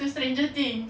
to stranger things